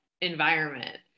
environment